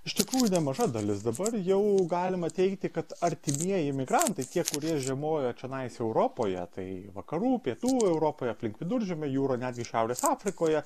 iš tikrųjų nemaža dalis dabar jau galima teigti kad artimieji migrantai tie kurie žiemoja čionais europoje tai vakarų pietų europoje aplink viduržemio jūrą netgi šiaurės afrikoje